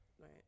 right